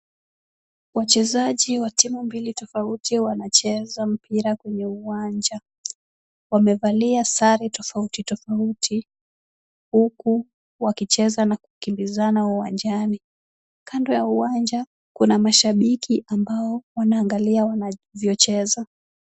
Wachezaji wa timu mbili tofauti wanacheza mpira kwenye uwanja. Wamevalia sare tofauti tofauti huku wakicheza na kukimbizana uwanjani. Kando ya uwanja kuna mashabiki ambao wanaangalia wanavyocheza.